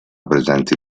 presenti